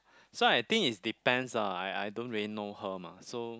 so I think its depends ah I I don't really know her mah so